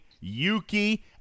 Yuki